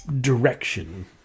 direction